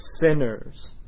sinners